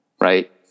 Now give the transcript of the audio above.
Right